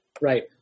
right